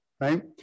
right